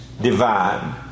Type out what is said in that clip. divine